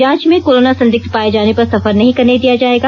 जांच में कोरोना संदिग्ध पाये जाने पर सफर करने नहीं दिया जाएगा